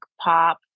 pop